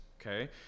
okay